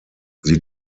sie